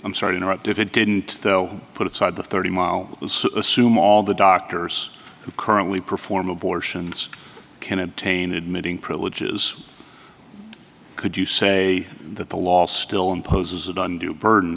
i'm sorry interrupt if it didn't though put aside the thirty mile assume all the doctors who currently perform abortions can obtain admitting privileges could you say that the law still imposes a don't do burden